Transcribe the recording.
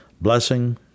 blessing